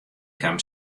kaam